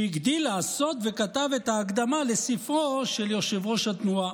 שהגדיל לעשות וכתב את ההקדמה לספרו של יושב-ראש התנועה.